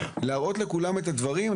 להראות לכולם את הדברים.